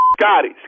Scotty